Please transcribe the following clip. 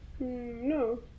No